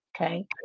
okay